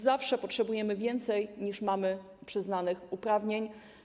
Zawsze potrzebujemy więcej, niż mamy przyznanych uprawnień.